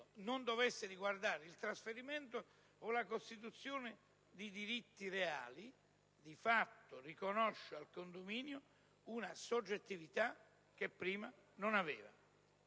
non dovesse riguardare il trasferimento o la costituzione di diritti reali, di fatto riconosce al condominio una soggettività che prima non aveva.